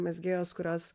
mezgėjos kurios